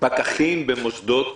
שפקחים במוסדות